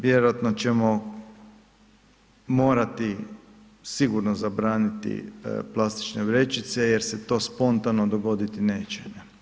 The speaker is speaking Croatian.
Vjerojatno ćemo morati sigurno zabraniti plastične vrećice jer se to spontano dogoditi neće.